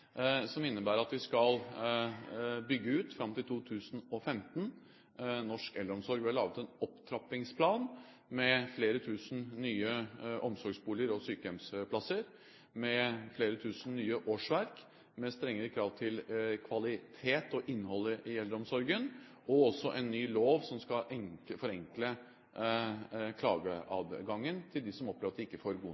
som innebærer at vi skal bygge ut norsk eldreomsorg fram til 2015. Vi har lagd en opptrappingsplan med flere tusen nye omsorgsboliger og sykehjemsplasser, med flere tusen nye årsverk, med strengere krav til kvalitet og innholdet i eldreomsorgen, og også en ny lov som skal forenkle klageadgangen til dem som opplever at de ikke får